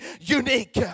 unique